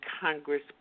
Congress